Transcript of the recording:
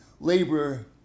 labor